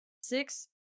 six